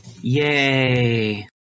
Yay